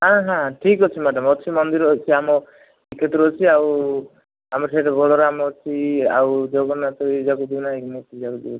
ହଁ ହଁ ଠିକ୍ ଅଛି ମ୍ୟାଡ଼ମ୍ ଅଛି ମନ୍ଦିର ଅଛି ଆମ ଶ୍ରୀକ୍ଷେତ୍ର ଅଛି ଆଉ ଆମର ସିଆଡ଼େ ବଳରାମ ଅଛି ଆଉ ଜଗନ୍ନାଥ